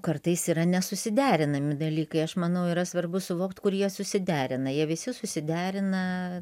kartais yra nesuderinami dalykai aš manau yra svarbu suvokt kur jie susiderina jie visi susiderina